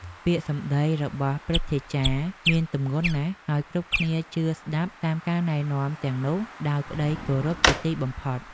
ពាក្យសម្ដីរបស់ព្រឹទ្ធាចារ្យមានទម្ងន់ណាស់ ហើយគ្រប់គ្នាជឿស្ដាប់តាមការណែនាំទាំងនោះដោយក្តីគោរពជាទីបំផុត។